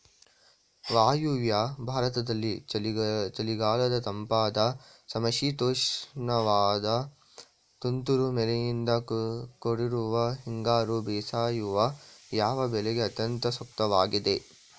ವಾಯುವ್ಯ ಭಾರತದಲ್ಲಿ ಚಳಿಗಾಲದ ತಂಪಾದ ಸಮಶೀತೋಷ್ಣವಾದ ತುಂತುರು ಮಳೆಯಿಂದ ಕೂಡಿರುವ ಹಿಂಗಾರು ಬೇಸಾಯವು, ಯಾವ ಬೆಳೆಗೆ ಅತ್ಯಂತ ಸೂಕ್ತವಾಗಿದೆ?